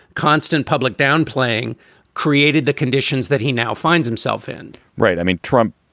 constant public downplaying created the conditions that he now finds himself in right. i mean, trump,